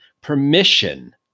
permission